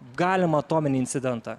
galimą atominį incidentą